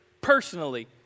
personally